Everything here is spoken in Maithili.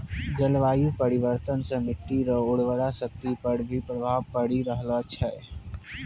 जलवायु परिवर्तन से मट्टी रो उर्वरा शक्ति पर भी प्रभाव पड़ी रहलो छै